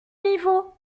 niveau